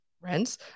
rents